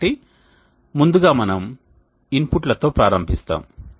కాబట్టి ముందుగా మనము ఇన్పుట్లతో ప్రారంభిస్తాము